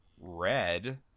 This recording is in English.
red